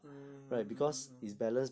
mm mm mm mm mm mm mm mm